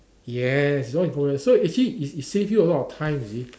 yes it's all included so actually it it save you a lot of time you see